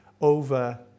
over